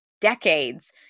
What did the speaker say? decades